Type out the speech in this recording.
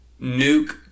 Nuke